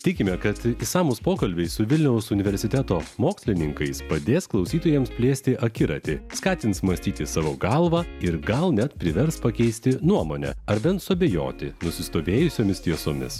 tikime kad išsamūs pokalbiai su vilniaus universiteto mokslininkais padės klausytojams plėsti akiratį skatins mąstyti savo galva ir gal net privers pakeisti nuomonę ar bent suabejoti nusistovėjusiomis tiesomis